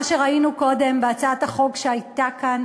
מה שראינו קודם, בהצעת החוק שהייתה כאן,